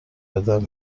بدم